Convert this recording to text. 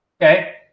Okay